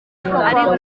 ariko